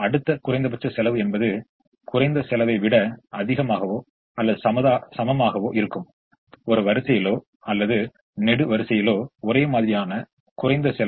இப்போது இங்கே மூன்றாவது நிலையைப் கவனித்தால் அதன் நிலை என்னவென்று நமக்கு தெரியும் அப்பொழுது தான் நாம் இங்கே 1 ஐ பொறுத்த வேண்டும்